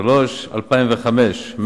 ו-433,554 ש"ח,